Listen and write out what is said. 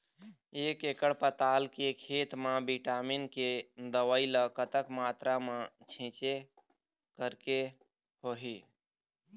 एक एकड़ पताल के खेत मा विटामिन के दवई ला कतक मात्रा मा छीचें करके होही?